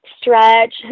stretch